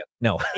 no